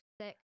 sick